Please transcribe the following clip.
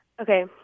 Okay